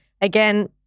Again